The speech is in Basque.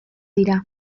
dira